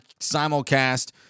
simulcast